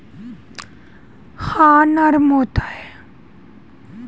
क्या आप जानते है क्रस्टेशियन जीवों का कवच कठोर तथा नम्य होता है?